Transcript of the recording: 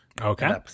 Okay